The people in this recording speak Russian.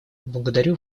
благодарю